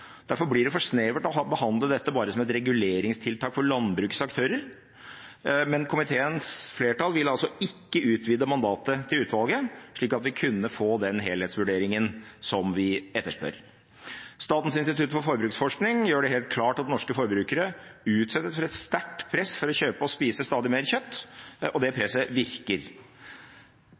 Derfor blir det for snevert å behandle dette bare som et reguleringstiltak for landbruksaktører, men komiteens flertall vil altså ikke utvide mandatet til utvalget slik at vi kunne få den helhetsvurderingen som vi etterspør. Statens institutt for forbruksforskning gjør det helt klart at norske forbrukere utsettes for et sterkt press for å kjøpe og spise stadig mer kjøtt, og det